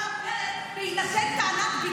אבל אני רק אומרת: בהינתן טענת ביקורת,